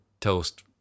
toast